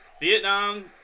Vietnam